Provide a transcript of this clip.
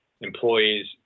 employees